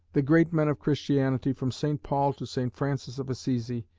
the great men of christianity, from st paul to st francis of assisi,